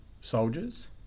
soldiers